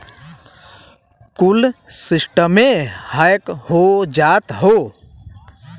कुल सिस्टमे हैक हो जात हौ